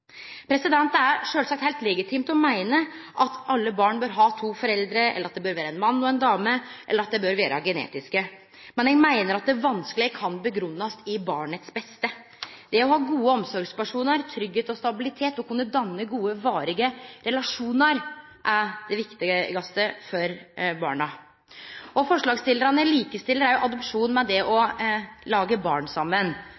Det er sjølvsagt heilt legitimt å meine at alle barn bør ha to foreldre, eller at det bør vere ein mann og ei dame, eller at dei bør vere genetiske foreldre. Men eg meiner at ein vanskeleg kan grunngje det med barnets beste. Det å ha gode omsorgspersonar, tryggleik og stabilitet og kunne danne gode og varige relasjonar er det viktigaste for barna. Forslagsstillarane likestiller òg adopsjon med det